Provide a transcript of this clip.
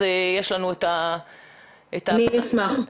אני אשמח.